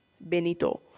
Benito